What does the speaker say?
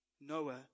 Noah